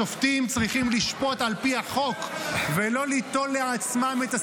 השופטים צריכים לשפוט על פי החוק ולא ליטול לעצמם את הסמכויות.